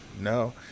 No